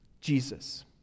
Jesus